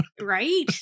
Right